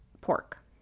pork